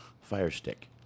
Firestick